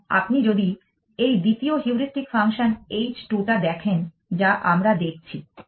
এবং আপনি যদি এই দ্বিতীয় হিউড়িস্টিক ফাংশন h 2 টা দেখেন যা আমরা দেখছি